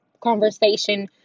conversation